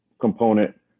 component